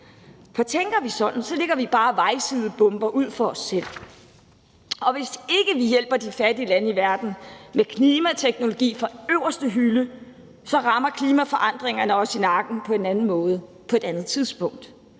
For tænker vi sådan, lægger vi bare vejsidebomber ud for os selv, og hvis ikke vi hjælper de fattige lande i verden med klimateknologi fra øverste hylde, rammer klimaforandringerne os i nakken på en anden måde på et andet tidspunkt.